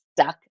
stuck